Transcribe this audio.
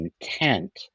intent